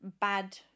bad